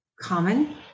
common